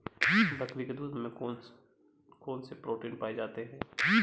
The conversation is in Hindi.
बकरी के दूध में कौन कौनसे प्रोटीन पाए जाते हैं?